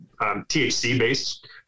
THC-based